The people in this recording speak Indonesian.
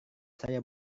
saya